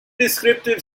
descriptive